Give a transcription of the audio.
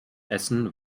essen